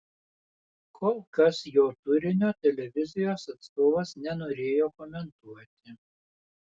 kol kas jo turinio televizijos atstovas nenorėjo komentuoti